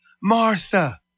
Martha